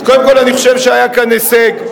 אז קודם כול, אני חושב שהיה כאן הישג,